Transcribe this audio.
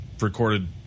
recorded